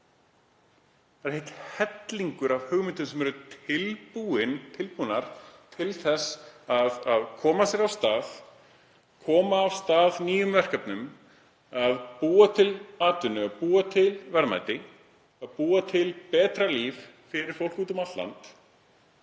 Það er heill hellingur af hugmyndum sem eru tilbúnar til þess að komast af stað, koma af stað nýjum verkefnum, búa til atvinnu og búa til verðmæti, búa til betra líf fyrir fólk úti um allt land.